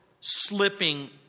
slipping